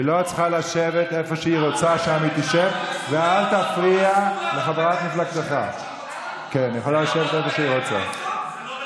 היא גם מפריעה, היא גם מפריעה, היא יושבת בצד.